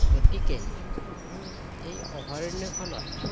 গতিকে এই অভয়াৰণ্যখনত